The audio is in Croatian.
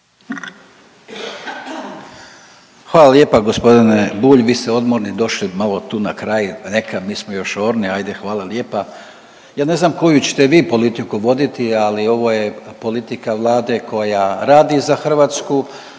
Hvala lijepa gospodine Bulj. Vi ste odmorni došli malo tu na kraj, neka mi smo još orni ajde, hvala lijepa. Ja ne znam koju ćete vi politiku voditi ali ovo je politika Vlade koja radi za Hrvatsku,